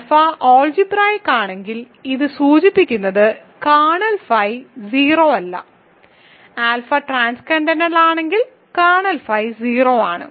alpha algebraic ആണെങ്കിൽ ഇത് സൂചിപ്പിക്കുന്നത് കേർണൽ ഫൈ 0 അല്ല ആൽഫ ട്രാൻസ്ക്കൻഡന്റൽ ആണെങ്കിൽ കേർണൽ ഫൈ 0 ആണ്